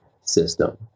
system